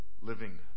living